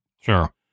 Sure